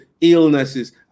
illnesses